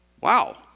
wow